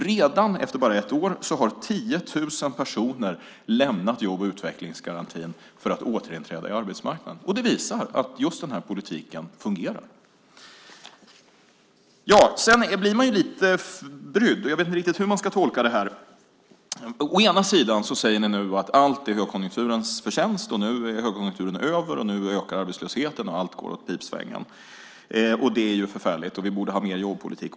Redan efter ett år har 10 000 personer lämnat jobb och utvecklingsgarantin för att återinträda på arbetsmarknaden. Det visar att just denna politik fungerar. Sedan blir man lite brydd, och jag vet inte riktigt hur man ska tolka detta. Å ena sidan säger ni nu att allt är högkonjunkturens förtjänst, att högkonjunkturen nu är över, att arbetslösheten nu ökar, att allt går åt pipsvängen, vilket är förfärligt, och att vi borde ha mer jobbpolitik.